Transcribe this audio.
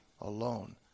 alone